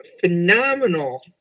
phenomenal